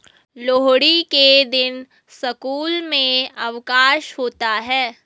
लोहड़ी के दिन स्कूल में अवकाश होता है